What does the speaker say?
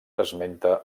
esmenta